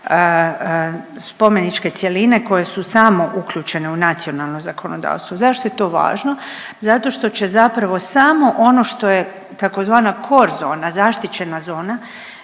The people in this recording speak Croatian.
spomeničke cjeline koje su samo uključene u nacionalno zakonodavstvo. Zašto je to važno? Zato što će zapravo samo ono što je tzv. core zona, zaštićena zona